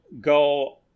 go